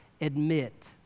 admit